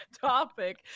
topic